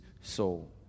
soul